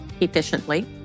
efficiently